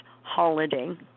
holiday